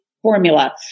formula